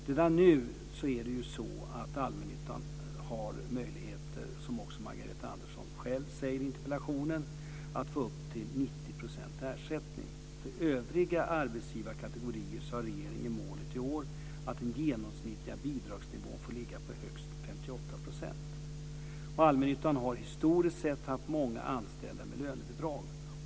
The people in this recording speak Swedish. Redan nu har allmännyttan möjligheter, vilket Margareta Andersson också själv säger i interpellationen, att få upp till 90 % ersättning. För övriga arbetsgivarkategorier har regeringen i år målet att den genomsnittliga bidragsnivån får ligga på högst 58 %. Allmännyttan har historiskt sett haft många anställda med lönebidrag.